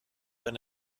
wenn